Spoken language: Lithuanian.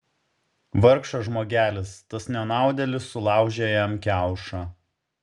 vargšas žmogelis tas nenaudėlis sulaužė jam kiaušą